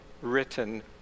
written